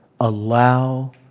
allow